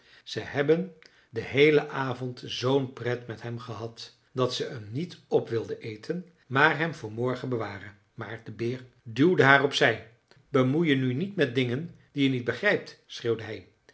ze hebben den heelen avond zoo'n pret met hem gehad dat ze hem niet op wilden eten maar hem voor morgen bewaren maar de beer duwde haar op zij bemoei je nu niet met dingen die je niet begrijpt